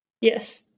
Yes